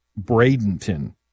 Bradenton